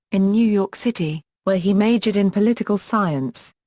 in new york city, where he majored in political science.